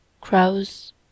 crows